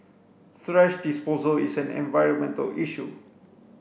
thrash disposal is an environmental issue